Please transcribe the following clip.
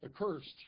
accursed